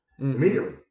Immediately